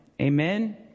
Amen